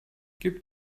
gib